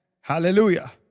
Hallelujah